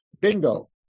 Bingo